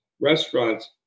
restaurants